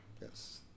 Yes